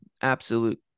absolute